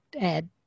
add